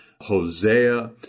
Hosea